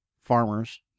farmers